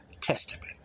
Testament